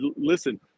listen